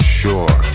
sure